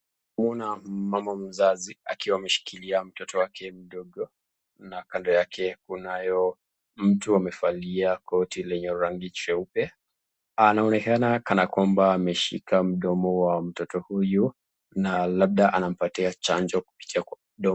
Tunaona mama mzazi ambaye amemshikilia mtoto wake mdogo na kando yake kunaye mtu amevali koti lenye rangi jeupe, anaonekana kama ameshika mdomo wa mtoto huyo, na labda anampatia chanjo kupitia kwa mdomo.